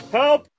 help